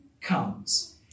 comes